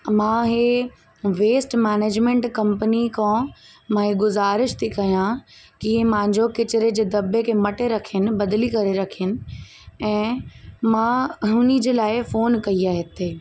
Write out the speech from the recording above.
मां इहे waste management company खां मां हीअ गुज़ारिश थी कयां की मुंहिंजो कचिरे जे दॿे खे मटे रखनि बदली करे रखनि ऐं मां हुन जे लाइ फोन कई आहे हिते